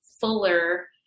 fuller